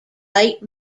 late